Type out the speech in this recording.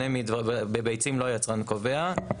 בביצים לא היצרן קובע.